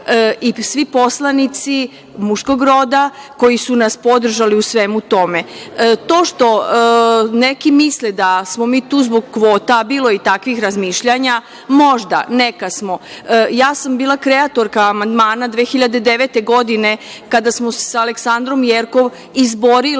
i svi poslanici muškog roda koji su nas podržali u svemu tome. To što neki misle da smo mi tu zbog kvota, a bilo je i takvih razmišljanja, možda, neka smo. Ja sam bila kreator amandmana 2009. godine, kada smo se sa Aleksandrom Jerkov izborile